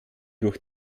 durch